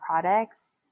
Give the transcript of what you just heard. products